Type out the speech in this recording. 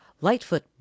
Lightfoot